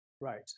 Right